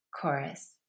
chorus